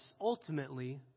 ultimately